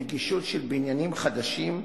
נגישות של בניינים חדשים,